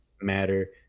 matter